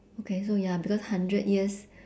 okay so ya because hundred years